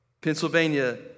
Pennsylvania